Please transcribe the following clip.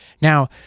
Now